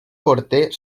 quarter